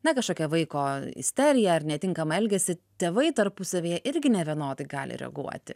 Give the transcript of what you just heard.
na kažkokią vaiko isteriją ar netinkamą elgesį tėvai tarpusavyje irgi nevienodai gali reaguoti